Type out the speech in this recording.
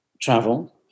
travel